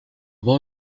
boy